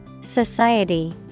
Society